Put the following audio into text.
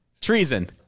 treason